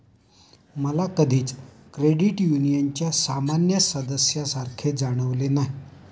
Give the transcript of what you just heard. मला कधीच क्रेडिट युनियनच्या सामान्य सदस्यासारखे जाणवले नाही